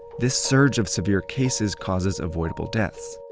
this surge of severe cases causes avoidable deaths.